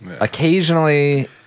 Occasionally